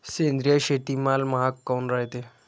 सेंद्रिय शेतीमाल महाग काऊन रायते?